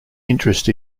interest